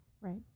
right